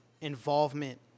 involvement